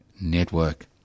Network